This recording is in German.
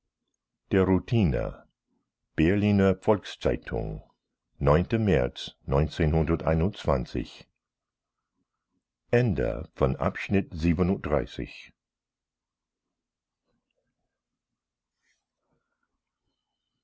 der routine berliner volks-zeitung märz